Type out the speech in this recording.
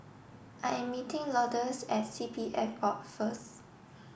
I am meeting Lourdes at C P F Board first